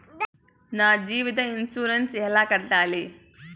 నా జీవిత ఇన్సూరెన్సు ఎలా కట్టాలి?